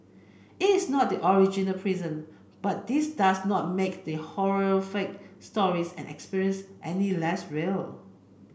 it is not the original prison but this does not make the horrific stories and experiences any less real